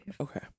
Okay